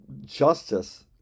justice